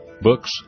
books